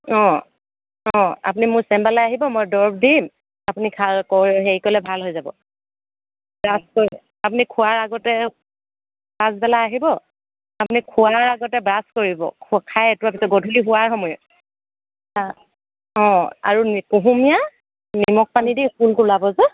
অঁ অঁ আপুনি মোৰ চেম্বাৰলৈ আহিব মই দৰৱ দিম আপুনি খাই কৰি হেৰি কৰিলে ভাল হৈ যাব ব্ৰাছ কৰিলে আপুনি খোৱাৰ আগতে পাছবেলাই আহিব আপুনি খোৱাৰ আগতে ব্ৰাছ কৰিব খাই অঁতোৱাৰ পিছত গধূলি শুৱাৰ সময়ত অঁ অঁ আৰু কুহুমীয়া নিমখ পানী দি কুলকুলাব যে